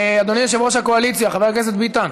אדוני יושב-ראש הקואליציה חבר הכנסת ביטן,